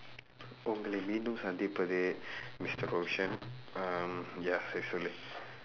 உங்களை மீண்டும் சந்திப்பது:ungkalai miindum sandthippathu mister roshan um சரி சொல்லு:sari sollu